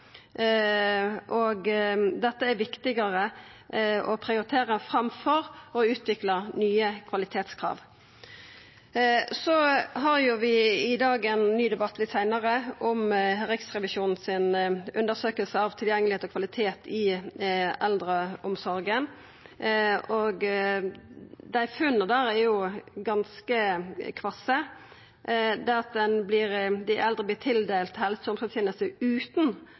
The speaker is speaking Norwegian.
å prioritera enn å utvikla nye kvalitetskrav. Vi har ein ny debatt litt seinare i dag om Riksrevisjonens undersøking av tilgjengelegheit og kvalitet i eldreomsorga. Funna der er ganske kvasse. Dei eldre vert tildelt helse- og omsorgstilbod utan at dei er involverte – dei er ikkje eingong spurde ein del plassar. Det manglar kunnskap om